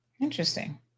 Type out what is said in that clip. interesting